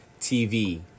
TV